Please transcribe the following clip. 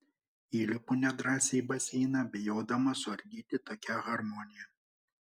įlipu nedrąsiai į baseiną bijodama suardyti tokią harmoniją